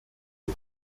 les